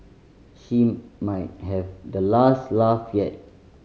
she might have the last laugh yet